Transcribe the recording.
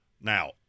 Now